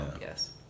yes